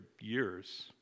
years